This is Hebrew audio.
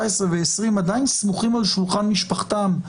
ו-20 עדיין סמוכים על שולחן משפחתם.